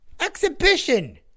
Exhibition